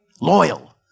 Loyal